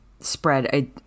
spread